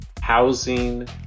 housing